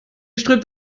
strömt